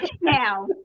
now